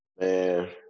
Man